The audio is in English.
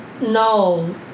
no